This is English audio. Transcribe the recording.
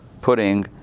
putting